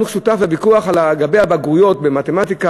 שותף לוויכוח לגבי הבגרויות במתמטיקה,